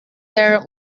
der